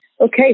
Okay